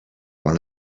one